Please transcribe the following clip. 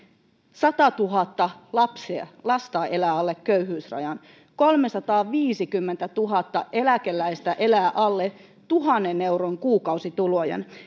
satatuhatta lasta elää alle köyhyysrajan kolmesataaviisikymmentätuhatta eläkeläistä elää alle tuhannen euron kuukausituloilla